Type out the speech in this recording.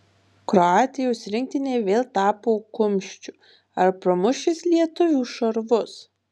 kroatijos rinktinė vėl tapo kumščiu ar pramuš jis lietuvių šarvus